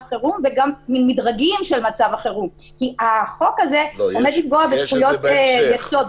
חירום וגם מדרגים של מצב החירום כי החוק הזה עומד לפגוע בזכויות יסוד,